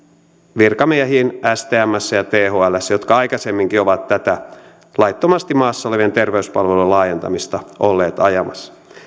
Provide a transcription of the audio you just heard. virkamiehiin stmssä ja thlssä jotka aikaisemminkin ovat tätä laittomasti maassa olevien terveyspalvelujen laajentamista olleet ajamassa